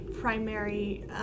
primary